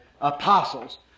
Apostles